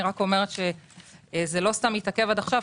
אני רק אומרת שלא סתם זה התעכב עד עכשיו.